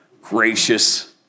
gracious